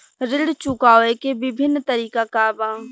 ऋण चुकावे के विभिन्न तरीका का बा?